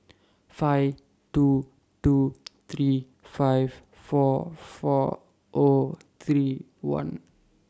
five two two three five four four O three one